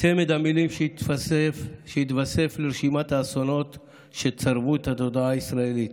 צמד המילים שהתווסף לרשימת האסונות שצרבו את התודעה הישראלית: